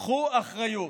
קחו אחריות.